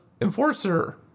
enforcer